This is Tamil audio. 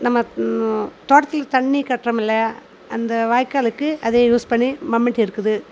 நம் தோட்டத்தில் தண்ணி கட்டுறோமில்லை அந்த வாய்க்காலுக்கு அதை யூஸ் பண்ணி மம்முட்டி இருக்குது